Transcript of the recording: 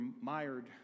mired